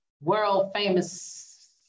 world-famous